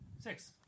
Six